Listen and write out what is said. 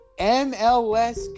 MLS